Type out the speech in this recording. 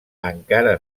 encara